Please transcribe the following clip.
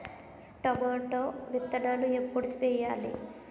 Tomato విత్తనాలు ఎప్పుడు వెయ్యాలి?